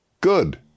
Good